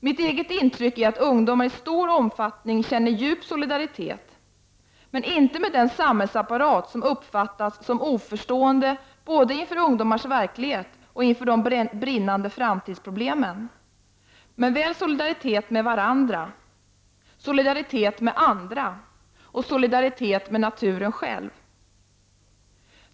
Mitt intryck är att ungdomar i stor omfattning känner djup solidaritet — inte med den samhällsapparat som uppfattas som oförstående både inför ungdomars verklighet och inför de brinnande framtidsproblemen, utan med varandra, med andra och med naturen själv.